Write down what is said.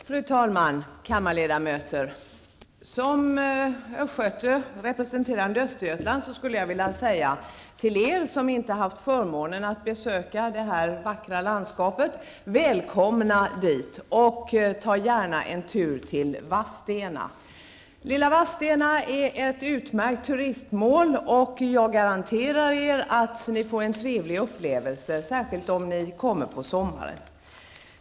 Fru talman, kammarledamöter! Som östgöte, representerande Östergötland, skulle jag vilja säga till er som inte har haft förmånen att besöka detta vackra landskap: Välkomna dit! Ta gärna en tur till Vadstena. Lilla Vadstena är ett utmärkt turistmål. Jag garanterar er att ni får en trevlig upplevelse, särskilt om ni kommer på sommaren.